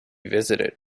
visited